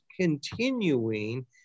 continuing